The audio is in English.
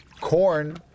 Corn